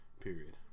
period